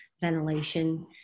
ventilation